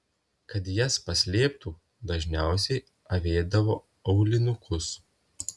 kad jas paslėptų dažniausiai avėdavo aulinukus